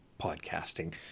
podcasting